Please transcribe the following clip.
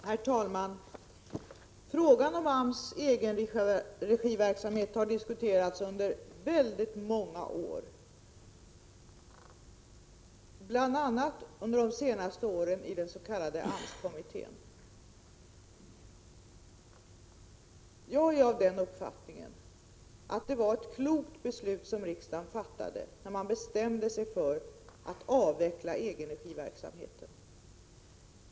Herr talman! Frågan om AMS egenregiverksamhet har diskuterats under många år, bl.a. under de senaste åren i den s.k. AMS-kommittén. Jag är av den uppfattningen att det var ett klokt beslut som riksdagen fattade, när man bestämde sig för att avveckla egenregiverksamheten.